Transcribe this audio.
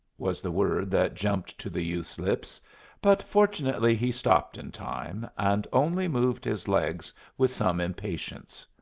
was the word that jumped to the youth's lips but fortunately he stopped in time, and only moved his legs with some impatience.